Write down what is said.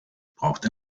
braucht